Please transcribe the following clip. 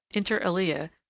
inter alia,